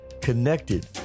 connected